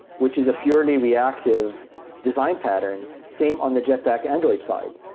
which is a purely reactive design pattern, same on the jetpack android side.